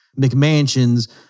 McMansions